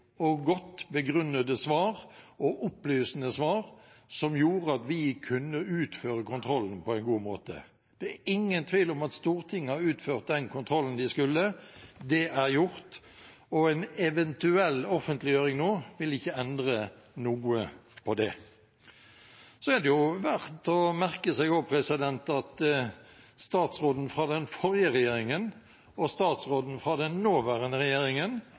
godt begrunnede og opplysende svar, som gjorde at vi kunne utføre kontrollen på en god måte. Det er ingen tvil om at Stortinget har utført den kontrollen de skulle. Det er gjort, og en eventuell offentliggjøring nå vil ikke endre noe på det. Så er det også verdt å merke seg at statsråden fra den forrige regjeringen og statsråden fra den nåværende regjeringen